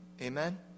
Amen